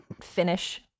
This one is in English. finish